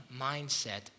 mindset